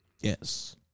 Yes